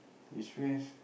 his face